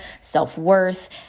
self-worth